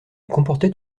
comportait